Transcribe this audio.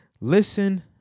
Listen